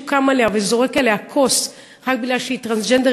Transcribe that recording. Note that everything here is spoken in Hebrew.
קם עליה וזורק עליה כוס רק כי היא טרנסג'נדרית,